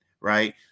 right